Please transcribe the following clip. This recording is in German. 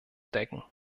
decken